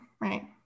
right